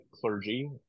clergy